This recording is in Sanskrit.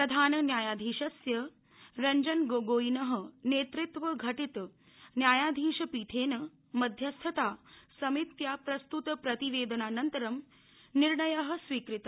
प्रधान न्यायाधीशस्य रंजनगोगोइनः नेतृत्व घटित न्यायाधीशपीठेन मध्यस्थता समित्या प्रस्तुत प्रतिवेदनान्तरं निर्णयः स्वीकृतः